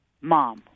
mom